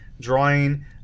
drawing